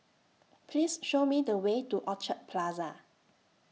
Please Show Me The Way to Orchard Plaza